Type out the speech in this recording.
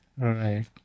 Right